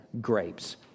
grapes